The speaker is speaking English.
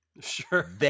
Sure